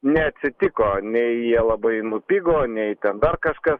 neatsitiko nei jie labai nupigo nei ten dar kažkas